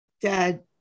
dad